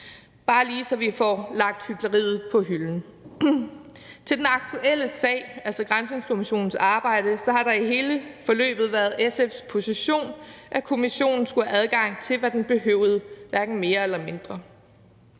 bare lige, så vi får lagt hykleriet på hylden. Til den aktuelle sag, altså granskningskommissionens arbejde, har det i hele forløbet været SF's position, at kommissionen skulle have adgang til, hvad den behøvede, hverken mere eller mindre.